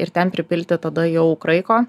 ir ten pripilti tada jau kraiko